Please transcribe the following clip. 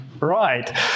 Right